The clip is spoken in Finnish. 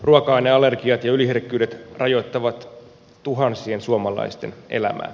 ruoka aineallergiat ja yliherkkyydet rajoittavat tuhansien suomalaisten elämää